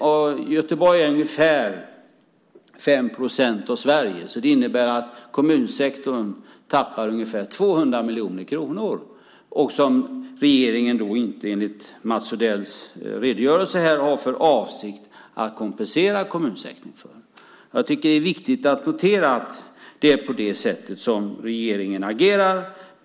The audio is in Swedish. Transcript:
Göteborg är ungefär 5 procent av Sverige. Det innebär att kommunsektorn tappar ungefär 200 miljoner kronor som regeringen inte, enligt Mats Odells redogörelse här, har för avsikt att kompensera kommunsektorn för. Jag tycker att det är viktigt att notera att det är på det sättet regeringen agerar.